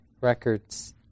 records